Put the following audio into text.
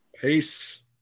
Peace